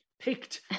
picked